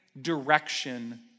direction